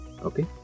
okay